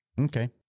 Okay